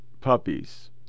puppies